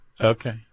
Okay